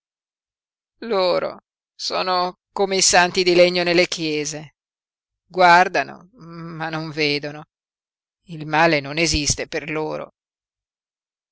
loro sono come i santi di legno nelle chiese guardano ma non vedono il male non esiste per loro